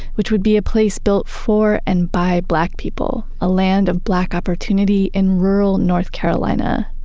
which would be a place built for and by black people. a land of black opportunity in rural north carolina.